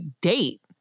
date